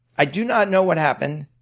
i do not know what happened.